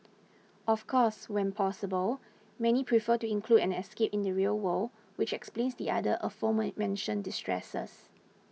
of course when possible many prefer to include an escape in the real world which explains the other aforementioned distresses